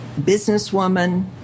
businesswoman